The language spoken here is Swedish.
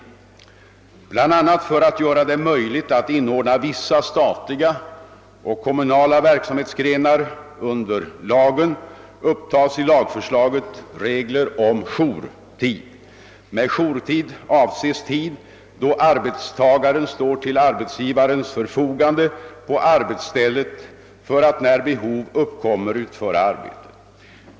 I syfte bl.a. att göra det möjligt att inordna vissa statliga och kommunala verksamhetsgrenar under lagen upptasi lagförslaget regler om jourtid. Med jourtid avses tid då arbetstagare står till arbetsgivarens förfogande på arbetsstället för att när behov uppkommer utföra arbete.